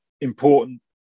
important